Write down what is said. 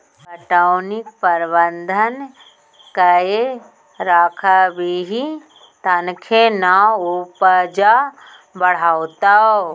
पटौनीक प्रबंधन कए राखबिही तखने ना उपजा बढ़ितौ